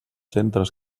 centres